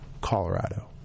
Colorado